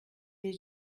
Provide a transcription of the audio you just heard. les